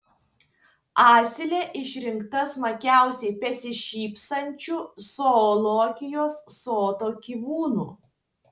asilė išrinkta smagiausiai besišypsančiu zoologijos sodo gyvūnu